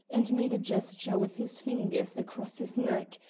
and made a gesture with his fingers across his neck,